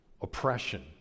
oppression